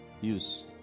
use